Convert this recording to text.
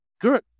Good